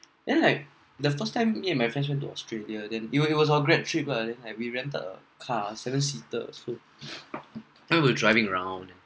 then like the first time me and my friends went to australia then it was it was a grad trip lah then like we rented a car seven seater so then were driving around there